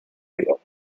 real